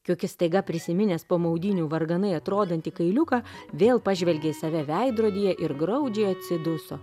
kiukis staiga prisiminęs po maudynių varganai atrodantį kailiuką vėl pažvelgė į save veidrodyje ir graudžiai atsiduso